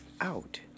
out